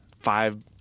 five